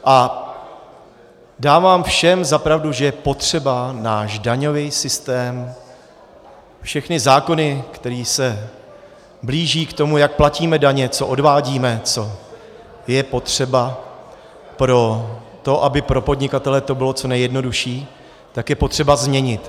A dávám všem za pravdu, že je potřeba náš daňový systém, všechny zákony, které se blíží k tomu, jak platíme daně, co odvádíme, co je potřeba pro to, aby pro podnikatele to bylo co nejjednodušší, tak je potřeba změnit.